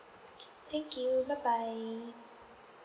okay thank you bye bye